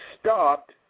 stopped